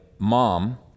mom